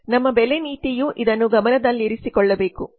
ನಮ್ಮ ಬೆಲೆ ನೀತಿಯು ಇದನ್ನು ಗಮನದಲ್ಲಿರಿಸಿಕೊಳ್ಳಬೇಕು